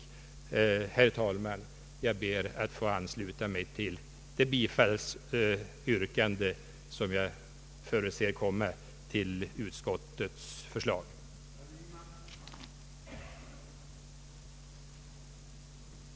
Herr talman! Jag ber att få ansluta mig till det bifallsyrkande till utskottets förslag som jag förutser kommer.